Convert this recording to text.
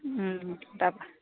তাৰপৰা